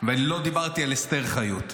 ולא דיברתי על אסתר חיות.